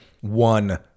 one